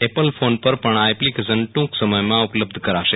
Apple phone પર પણ આ એપ્લિકેશન ટ્રંક સમયમાં ઉપલબ્ઘ કરાશે